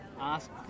ask